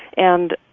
and,